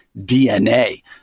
DNA